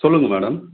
சொல்லுங்கள் மேடம்